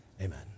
Amen